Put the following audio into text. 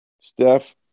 Steph